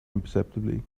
imperceptibly